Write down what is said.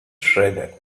shredded